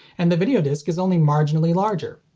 and the videodisc is only marginally larger.